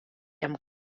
amb